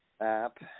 app